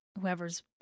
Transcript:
whoever's